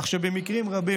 כך שבמקרים רבים,